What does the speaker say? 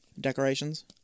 Decorations